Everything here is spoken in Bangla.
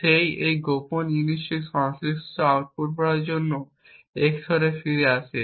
সেই একই গোপন জিনিসটি সংশ্লিষ্ট আউটপুট পাওয়ার জন্য EX OR ফিরে আসে